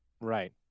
Right